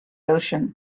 ocean